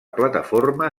plataforma